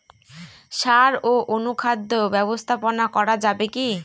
সাড় ও অনুখাদ্য ব্যবস্থাপনা করা যাবে কি?